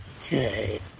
Okay